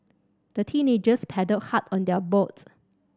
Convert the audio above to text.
the teenagers paddled hard on their boats